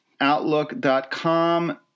outlook.com